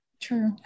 True